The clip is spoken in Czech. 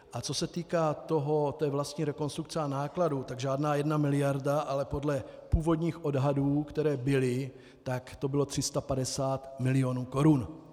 A co se týká vlastní rekonstrukce a nákladů, tak žádná jedna miliarda, ale podle původních odhadů, které byly, to bylo 350 milionů korun.